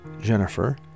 Jennifer